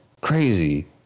crazy